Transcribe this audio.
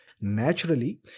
naturally